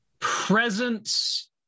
Presence